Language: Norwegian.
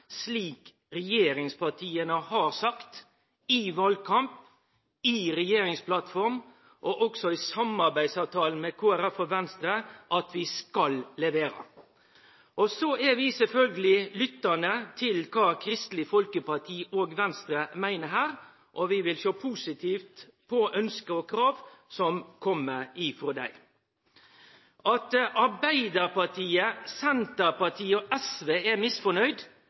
slik vi i regjeringspartia har sagt – i valkampen, i regjeringsplattforma og i samarbeidsavtalen med Kristeleg Folkeparti og Venstre – at vi skal levere. Så er vi sjølvsagt lyttande til kva Kristeleg Folkeparti og Venstre meiner her, og vi vil sjå positivt på ønske og krav som kjem frå dei. At Arbeidarpartiet, Senterpartiet og SV er